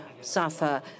suffer